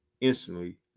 instantly